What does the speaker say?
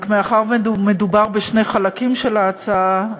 רק מאחר שמדובר בשני חלקים של ההצעה,